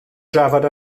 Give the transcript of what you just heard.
drafod